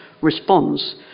response